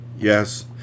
Yes